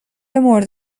مورد